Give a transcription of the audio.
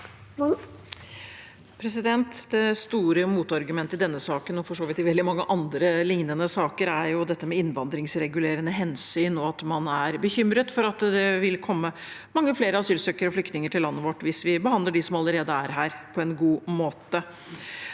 Det store motargu- mentet i denne saken, og for så vidt også i veldig mange andre lignende saker, er dette med innvandringsregulerende hensyn, og at man er bekymret for at det vil komme mange flere asylsøkere og flyktninger til landet vårt hvis vi behandler dem som allerede er her, på en god måte.